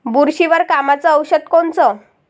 बुरशीवर कामाचं औषध कोनचं?